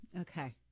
Okay